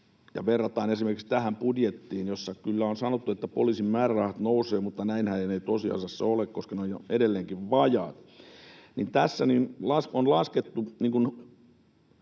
verrataan esimerkiksi tähän budjettiin, jossa kyllä on sanottu, että poliisin määrärahat nousevat — mutta näinhän ei tosiasiassa ole, koska ne ovat edelleenkin vajaat — niin tässä on laskettu